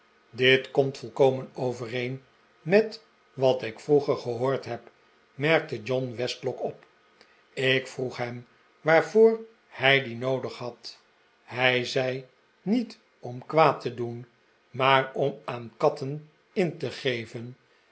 dit komt volkomen overeen met wat ik vroeger gehoord heb merkte john westlock op ik vroeg hem waarvoor hij die noodig had hij zei niet om kwaad te doen maar om aan katten in te geven